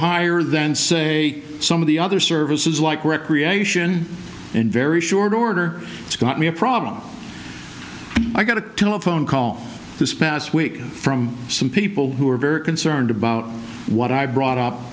higher than say some of the other services like recreation in very short order it's got me a problem i got a telephone call this past week from some people who are very concerned about what i brought up